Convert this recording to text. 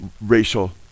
racial